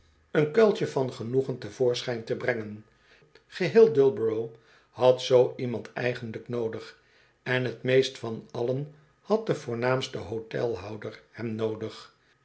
een kuiltje van genoegen te voorschijn te brengen geheel dullborough had zoo iemand eigenlijk noo dig en t meest van allen had de voornaamste hotelhouder hem noodig